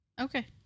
Okay